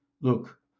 look